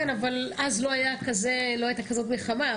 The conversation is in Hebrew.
כן, אבל אז לא הייתה כזאת מלחמה.